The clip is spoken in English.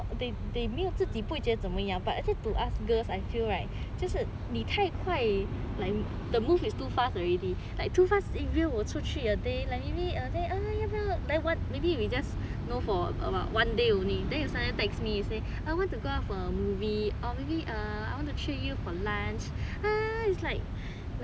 they 没有自己不会觉得怎么样 but actually to us girls I feel right 就是你太快 like the move is too fast already like too fast 约我出去 a day like maybe a day they're very maybe we just know for one day only then you suddenly text me say I want to go out for a movie or maybe err I want to treat you for lunch !huh! it's like